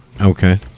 Okay